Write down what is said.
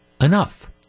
enough